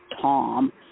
Tom